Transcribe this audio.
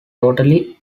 totally